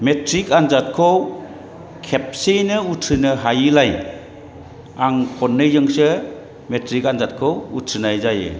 matric आनजादखौ खेबसेयैनो उथ्रिनो हायिलाय आं खननैजोंसो मेट्रिक आनजादखौ उथ्रिनाय जायो